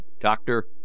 doctor